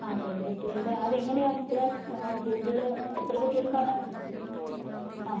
ആ പെൺകുട്ടികളുടെ അതെങ്ങനെയാണ് മിസ്സെ കൂടുതൽ എത്ര കുട്ടികൾക്കാണ് അ